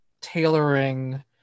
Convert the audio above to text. tailoring